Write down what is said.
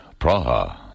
Praha